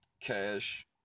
Cash